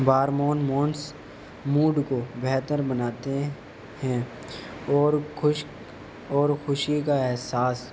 بارمون مونس موڈ کو بہتر بناتے ہیں اور خشک اور خوشی کا احساس